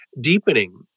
deepening